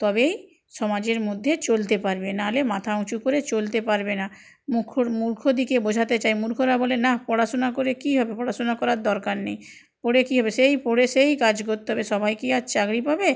তবেই সমাজের মধ্যে চলতে পারবে নাহলে মাথা উঁচু করে চলতে পারবে না মুখর মূর্খদেরকে বোঝাতে চায় মূর্খরা বলে না পড়াশুনা করে কী হবে পড়াশুনা করার দরকার নেই পড়ে কী হবে পড়ে সেই পড়ে সেই কাজ করতে হবে সবাই কি আর চাকরি পাবে